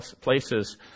places